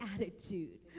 attitude